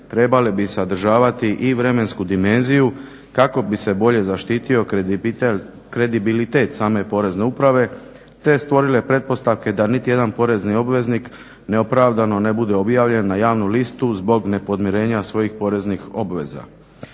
trebali bi sadržavati i vremensku dimenziju kako bi se bolje zaštitio kredibilitet same Porezne uprave, te stvorile pretpostavke da niti jedan porezni obveznik neopravdano ne bude objavljen na javnu listu zbog nepodmirenja svojih poreznih obaveza.